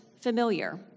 familiar